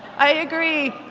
i agree.